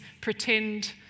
pretend